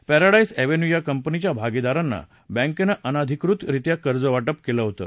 Paradise Avenue या कंपनीच्या भागिदारांना बँकेनं अनाधिकृत रित्या कर्ज वाटप केलं होतं